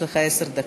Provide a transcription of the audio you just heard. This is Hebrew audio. יש לך עשר דקות.